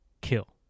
kill